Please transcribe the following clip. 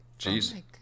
Jeez